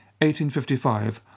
1855